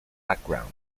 background